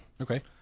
Okay